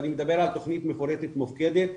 ואני מדבר על תכנית מפורטת מופקדת,